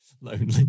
Lonely